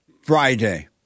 Friday